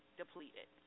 depleted